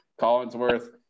Collinsworth